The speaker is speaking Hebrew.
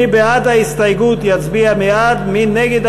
מי בעד ההסתייגות, יצביע בעד, מי נגד,